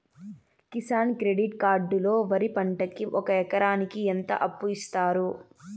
Kisan credit card లో వరి పంటకి ఒక ఎకరాకి ఎంత అప్పు ఇస్తారు?